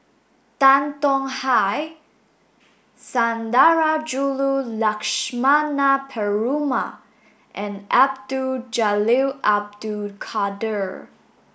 Tan Tong Hye Sundarajulu Lakshmana Perumal and Abdul Jalil Abdul Kadir